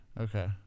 Okay